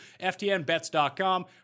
FTNBets.com